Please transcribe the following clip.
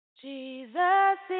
jesus